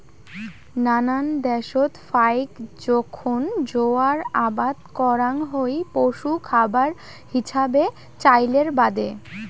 নানান দ্যাশত ফাইক জোখন জোয়ার আবাদ করাং হই পশু খাবার হিছাবে চইলের বাদে